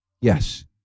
Yes